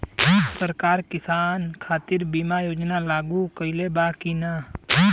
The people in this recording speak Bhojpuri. सरकार किसान खातिर बीमा योजना लागू कईले बा की ना?